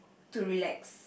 to relax